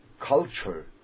culture